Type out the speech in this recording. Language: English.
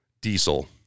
diesel